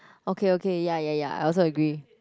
okay okay ya ya ya I also agree